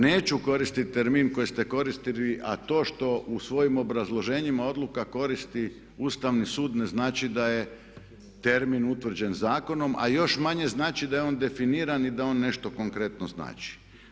Neću koristiti termin koji ste koristili a to što u svojim obrazloženjima odluka koristi Ustavni sud ne znači da je termin utvrđen zakonom a još manje znači da je on definiran i da on nešto konkretno znači.